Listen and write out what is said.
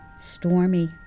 Stormy